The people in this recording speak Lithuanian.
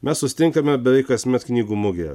mes susitinkame beveik kasmet knygų mugėje